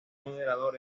moderador